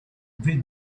vite